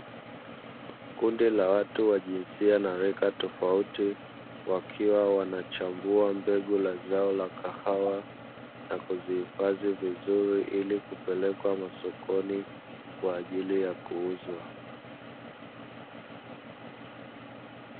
Kundi la watu wa jinsia na rika tofauti wakiwa wanachambua mbegu la zao la kahawa, na kuzihifadhi vizuri ili kupelekwa masokoni kwa ajili ya kuuzwa.